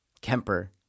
Kemper